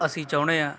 ਅਸੀਂ ਚਾਹੁੰਦੇ ਹਾਂ